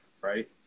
right